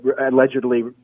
allegedly